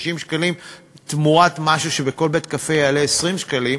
שקלים תמורת משהו שבכל בית-קפה יעלה 20 שקלים,